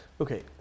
Okay